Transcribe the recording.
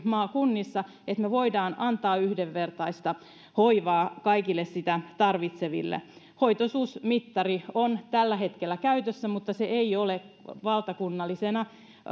maakunnissa ja että me voimme antaa yhdenvertaista hoivaa kaikille sitä tarvitseville hoitoisuusmittari on tällä hetkellä käytössä mutta se ei ole valtakunnallisena